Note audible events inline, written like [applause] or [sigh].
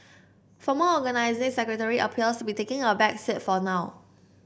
former Organising Secretary appears [unintelligible] taking a back seat for now